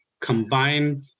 combine